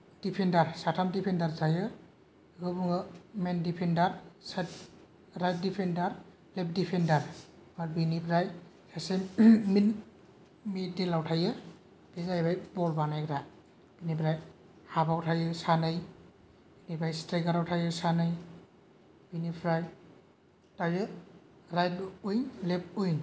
defender साथाम defender थायो बेखौ बुङो main defender side right defender left defender आरो बेनिफ्राय सासे मिद मिदिलाव थायो बे जाहैबाय बल बानायग्रा बिनिफ्राय हाफाव थायो सानै बेनिफ्राय स्ट्रायकाराव थायो सानै बिनिफ्राय थायो रायत विं लेफ्त विं